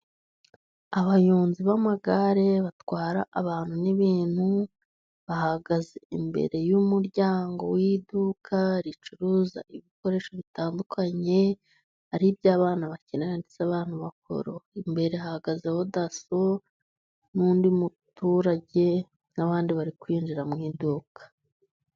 Abanyonzi b'amagare batwara abantu n'ibintu bahagaze imbere y'umuryango w'iduka, ricuruza ibikoresho bitandukanye ari iby'abana bakenera ndetse n'abantu bakuru. Imbere hahagazeho daso n'undi muturage, n'abandi bari kwinjira mu iduka.